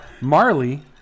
Marley